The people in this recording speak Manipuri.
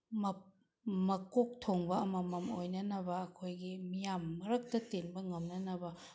ꯃꯀꯣꯛ ꯊꯣꯡꯕ ꯑꯃꯃꯝ ꯑꯣꯏꯅꯅꯕ ꯑꯩꯈꯣꯏꯒꯤ ꯃꯤꯌꯥꯝ ꯃꯔꯛꯇ ꯇꯤꯟꯕ ꯉꯝꯅꯅꯕ